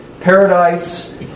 paradise